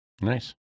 Nice